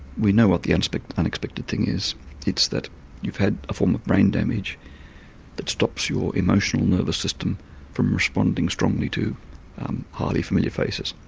we know what the unexpected unexpected thing is it's that you've had a form of brain damage that stops your emotional nervous system from responding strongly to highly familiar faces.